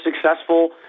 successful